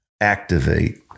activate